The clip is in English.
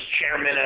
chairman